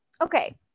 Okay